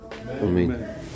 Amen